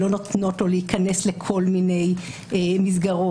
שלא נותנות לו להיכנס לכל מיני מסגרות,